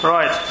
Right